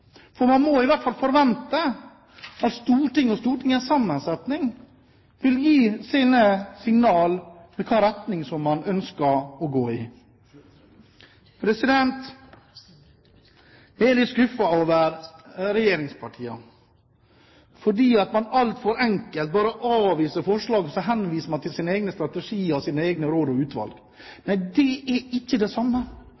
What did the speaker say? for man må i hvert fall forvente at Stortinget med dets sammensetning vil gi signaler om i hvilken retning man ønsker å gå. Jeg er litt skuffet over regjeringspartiene, fordi man altfor enkelt bare avviser forslaget og henviser til sine egne strategier og sine egne råd og utvalg.